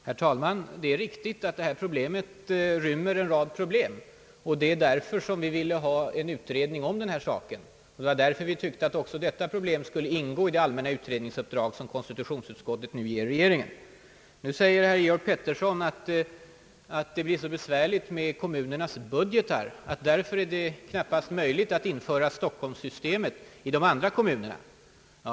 Herr talman! Det är riktigt att denna fråga rymmer en rad problem, och det är därför vi vill ha en utredning om saken. Då tyckte vi att också detta problem med eftersläpningen skulle ingå i det allmänna utredningsuppdrag som konstitutionsutskottet nu ger regeringen. Nu säger herr Georg Pettersson att det blir så besvärligt med kommunernas budgeter och att det därför knappast är möjligt att införa stockholmssystemet i de andra kommunerna.